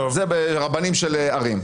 זה ברבנים של ערים.